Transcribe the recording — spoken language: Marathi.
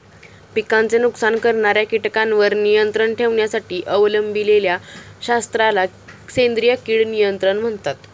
पिकांचे नुकसान करणाऱ्या कीटकांवर नियंत्रण ठेवण्यासाठी अवलंबिलेल्या शास्त्राला सेंद्रिय कीड नियंत्रण म्हणतात